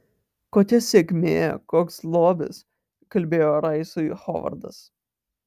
kokia sėkmė koks lobis kalbėjo raisui hovardas